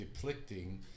depicting